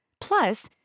Plus